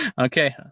okay